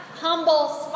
humble